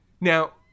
Now